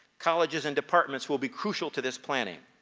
colleges and departments will be crucial to this planning.